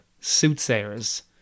soothsayers